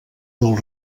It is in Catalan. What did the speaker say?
del